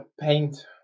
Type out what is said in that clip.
paint